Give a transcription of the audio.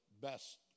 best